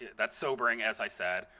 that's sobering, as i said.